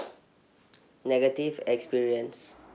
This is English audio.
negative experience